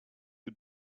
you